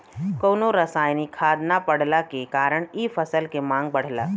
कवनो रासायनिक खाद ना पड़ला के कारण इ फसल के मांग बढ़ला